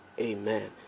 amen